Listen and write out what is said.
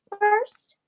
first